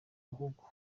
bukungu